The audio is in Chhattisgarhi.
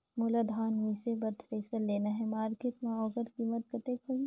मोला धान मिसे बर थ्रेसर लेना हे मार्केट मां होकर कीमत कतेक होही?